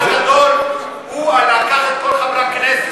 הוא לקח את כל חברי הכנסת,